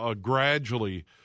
gradually